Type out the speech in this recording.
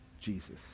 Jesus